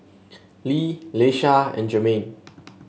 Lee Leisha and Jermain